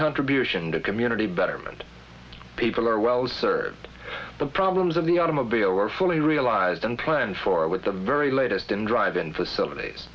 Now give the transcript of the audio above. contribution to community betterment people are well served the problems of the automobile were fully realized and planned for with the very latest in drive in facilities